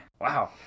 Wow